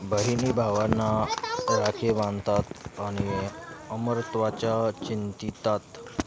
बहिणी भावांना राखी बांधतात आणि अमरत्त्वाच्या चिंंतितात